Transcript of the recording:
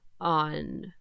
on